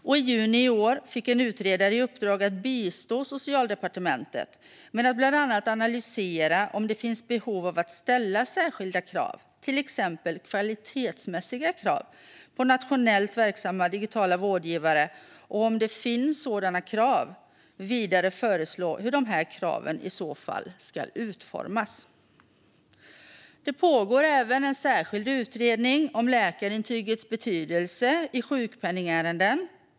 I juni i år fick en utredare i uppdrag att bistå Socialdepartementet med att bland annat analysera om det finns behov av att ställa särskilda krav, till exempel kvalitetsmässiga krav, på nationellt verksamma digitala vårdgivare och att, om det finns sådana krav, föreslå hur dessa krav ska utformas. Det pågår även en särskild utredning om läkarintygets betydelse i sjukpenningärenden.